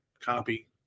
copy